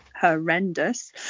horrendous